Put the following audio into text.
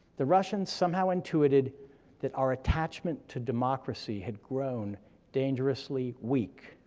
the russians somehow intuited that our attachment to democracy had grown dangerously weak.